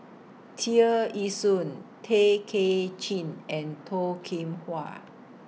Tear Ee Soon Tay Kay Chin and Toh Kim Hwa